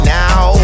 now